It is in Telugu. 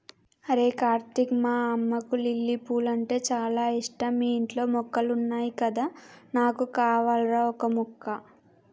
అరేయ్ కార్తీక్ మా అమ్మకు లిల్లీ పూలంటే చాల ఇష్టం మీ ఇంట్లో మొక్కలున్నాయి కదా నాకు కావాల్రా ఓక మొక్క